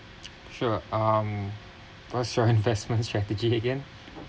sure um what's your investment strategy again